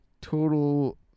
total